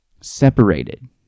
separated